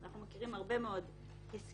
אנחנו מכירים הרבה מאוד הסכמים,